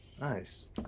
nice